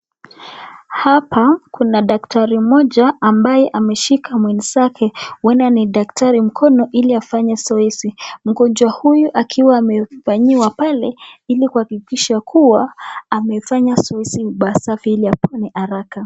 Hapa kuna daktari moja ambaye ameshika mwenzake, uenda ni daktari mkono iliafanye zoezi. Mgonjwa huyu akiwa amefanyiwa pale ilikuhakikisha kuwa amefanya zoezi ipasavyo ili apone haraka.